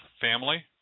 family